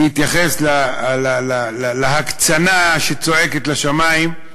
אני רוצה להתייחס להקצנה שצועקת לשמים,